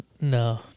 No